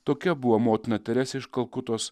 tokia buvo motina teresė iš kalkutos